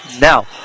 Now